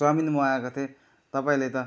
chowmein मगाएको थिएँ तपाईँले त